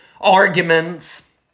arguments